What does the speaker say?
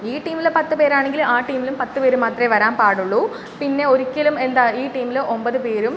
ഈ ടീമിൽ പത്ത് പേരാണെങ്കിൽ ആ ടീമിലും പത്ത് പേര് മാത്രമേ വരാൻ പാടുള്ളു പിന്നെ ഒരിക്കലും എന്താ ഈ ടീമിൽ ഒൻപത് പേരും